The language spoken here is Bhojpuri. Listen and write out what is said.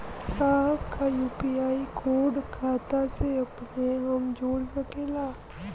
साहब का यू.पी.आई कोड खाता से अपने हम जोड़ सकेला?